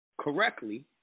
correctly